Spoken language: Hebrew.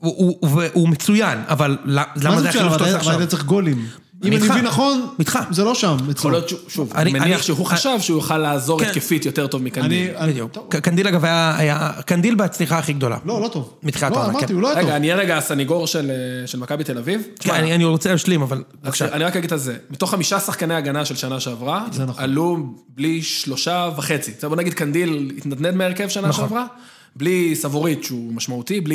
הוא מצוין, אבל למה זה החלום שאתה עושה עכשיו? מה זה חלום שאתה עושה עכשיו? אתה צריך גולים. אם אני מבין נכון, זה לא שם. מצוין. שוב, אני מניח שהוא עכשיו שהוא יוכל לעזור התקפית יותר טוב מקנדיל. קנדיל, אגב, היה קנדיל בהצליחה הכי גדולה. לא, לא טוב. לא, אמרתי, הוא לא היה טוב. רגע, אני אהיה רגע הסניגור של מקאבי תל אביב. כן, אני רוצה לשלים, אבל בבקשה. אני רק אגיד את זה, מתוך חמישה שחקני הגנה של שנה שעברה, עלו בלי שלושה וחצי. בוא נגיד, קנדיל התנתנת מהרכב שנה שעברה, בלי סבוריץ', שהוא משמעותי,